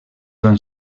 van